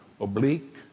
oblique